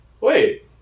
wait